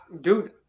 Dude